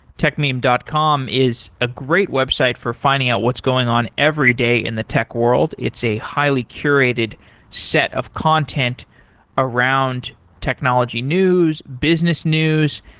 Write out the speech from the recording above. techmeme dot com is a great website for finding out what's going on every day in the tech world. it's a highly-curated set of content around technology news, business news,